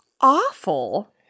awful